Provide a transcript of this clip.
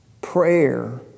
Prayer